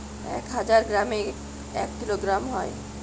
এক হাজার গ্রামে এক কিলোগ্রাম হয়